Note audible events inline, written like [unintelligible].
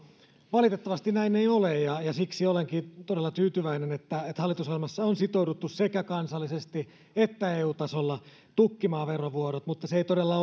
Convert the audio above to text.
valitettavasti näin ei ole ja ja siksi olenkin todella tyytyväinen että että hallitusohjelmassa on sitouduttu sekä kansallisesti että eu tasolla tukkimaan verovuodot se ei todella [unintelligible]